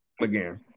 again